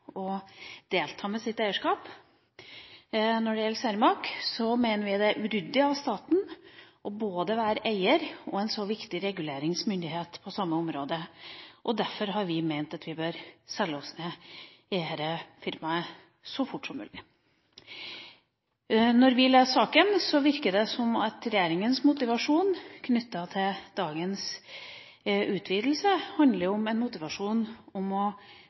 å delta med sitt eierskap. Når det gjelder Cermaq, mener vi det er uryddig av staten å være både eier og en så viktig reguleringsmyndighet på samme område. Derfor har vi ment at vi bør selge oss ned i dette firmaet så fort som mulig. Når vi leser saka, virker det som om regjeringas motivasjon knyttet til dagens utvidelse handler om å beholde det statlige eierskapet også for lang tid framover. Og sjøl om man får en